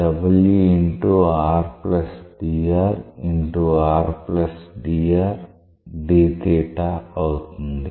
CD కి అవుతుంది